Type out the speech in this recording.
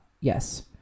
yes